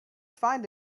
find